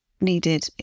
needed